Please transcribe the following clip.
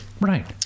Right